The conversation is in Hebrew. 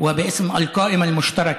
יהודים וערבים - ואתה היית עד לכך,